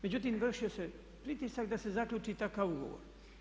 Međutim, vršio se pritisak da se zaključi takav ugovor.